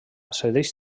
cedeix